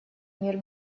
мир